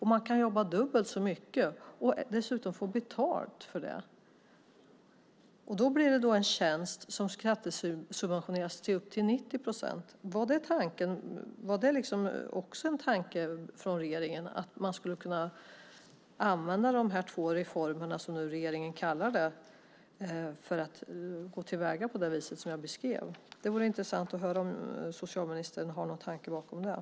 Man kan alltså jobba dubbelt så mycket och dessutom få betalt för barnpassningen. Det blir en tjänst som skattesubventioneras upp till 90 procent. Var det regeringens tanke att man skulle kunna använda dessa två reformer, som regeringen kallar dem, och gå till väga på det sätt som jag beskriver? Det vore intressant att höra om socialministern har några tankar om det.